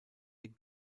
den